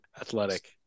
athletic